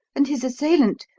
and his assailant,